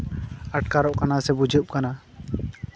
ᱟᱴᱠᱟᱨᱚᱜ ᱠᱟᱱᱟ ᱥᱮ ᱵᱩᱡᱷᱟᱹᱜ ᱠᱟᱱᱟ